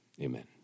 Amen